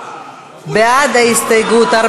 בעד ההסתייגות,